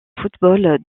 football